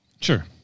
Sure